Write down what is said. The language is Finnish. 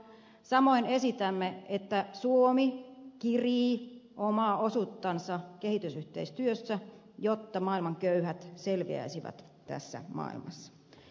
samoin esitämme että suomi kirii omaa osuuttansa kehitysyhteistyössä jotta maailman köyhät selviäisivät tässä maailmassa